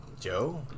Joe